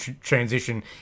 transition